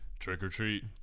Trick-or-treat